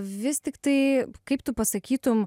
vis tiktai kaip tu pasakytum